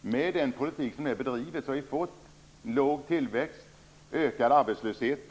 Med den politik som ni har bedrivit har vi fått låg tillväxt och ökad arbetslöshet.